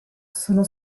sono